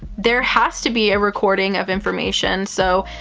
there has to be a recording of information. so,